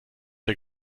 der